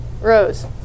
Rose